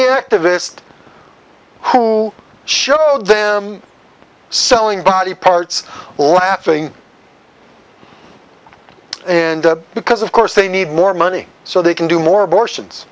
activist who showed them selling body parts laughing in because of course they need more money so they can do more abortions